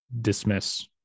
dismiss